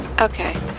Okay